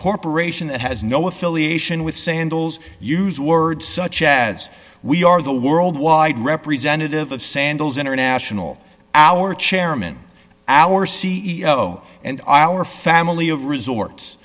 corporation has no affiliation with sandals use words such as we are the world wide representative of sandals international our chairman our c e o and our family of resorts